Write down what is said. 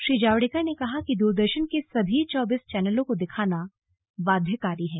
श्री जावडेकर ने कहा कि दूरदर्शन के सभी चौबीस चैनलों को दिखाना बाध्यकारी है